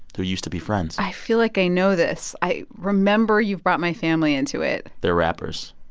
who used to be friends i feel like i know this. i remember you've brought my family into it they're rappers.